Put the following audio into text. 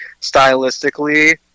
stylistically